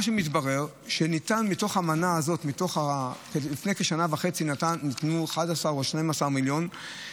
מה שמתברר הוא שמתוך המנה הזאת ניתנו לפני כשנה וחצי 11 או 12 מיליונים,